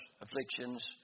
afflictions